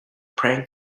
prank